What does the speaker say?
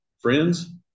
friends